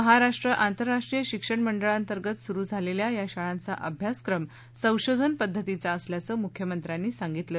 महाराष्ट्र आंतरराष्ट्रीय शिक्षण मंडळाअंतर्गत सुरू झालेल्या या शाळांचा अभ्यासक्रम संशोधन पद्धतीचा असल्याचं मुख्यमंत्र्यांनी यावेळी सांगितलं